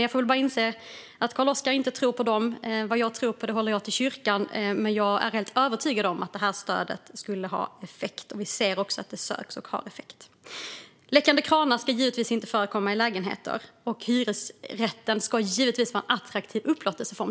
Jag får väl inse att Carl-Oskar Bohlin inte tror på dem, och det tycker jag är beklagligt. Tro kan jag göra i kyrkan, men jag är helt övertygad om att det här stödet skulle ha effekt. Vi ser också att det söks och har effekt. Läckande kranar ska givetvis inte förekomma i lägenheter. Hyresrätten ska givetvis vara en attraktiv upplåtelseform.